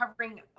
covering